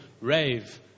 rave